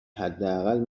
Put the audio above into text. حداقل